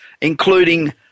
including